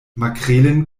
makrelen